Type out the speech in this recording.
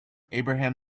abraham